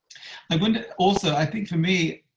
i wonder also i think for me,